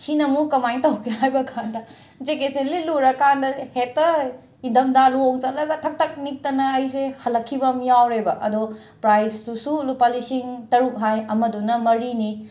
ꯁꯤꯅ ꯑꯃꯨꯛ ꯀꯃꯥꯏꯅ ꯇꯧꯒꯦ ꯍꯥꯏꯕꯀꯥꯟꯗ ꯖꯦꯛꯀꯦꯠꯁꯦ ꯂꯤꯠꯂꯨꯔꯀꯥꯟꯗ ꯍꯦꯛꯇ ꯏꯟꯗꯝꯗꯥ ꯂꯨꯍꯣꯡꯕ ꯆꯠꯂꯒ ꯊꯛ ꯊꯛ ꯅꯤꯛꯇꯅ ꯑꯩꯁꯦ ꯍꯜꯂꯛꯈꯤꯕ ꯑꯃ ꯌꯥꯎꯔꯦꯕ ꯑꯗꯣ ꯄ꯭ꯔꯥꯏꯁꯇꯨꯁꯨ ꯂꯨꯄꯥ ꯂꯤꯁꯤꯡ ꯇꯔꯨꯛ ꯍꯥꯏ ꯑꯃꯗꯨꯅ ꯃꯔꯤꯅꯤ